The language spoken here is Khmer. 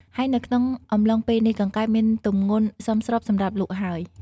ហើយនៅក្នុងអំឡុងពេលនេះ កង្កែបមានទម្ងន់សមរម្យសម្រាប់លក់ហើយ។